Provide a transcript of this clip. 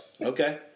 Okay